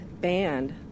banned